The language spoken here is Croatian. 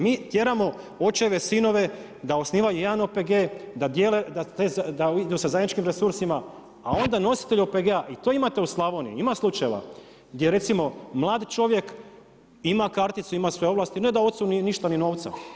Mi tjeramo očeve, sinove da osnivaju jedan OPG, da dijele, da idu sa zajedničkim resursima, a onda nositelj OPG-a i to imate u Slavoniji, ima slučajeva gdje recimo mladi čovjek ima kraticu, ima svoje ovlasti, ne da ocu ništa ni novca.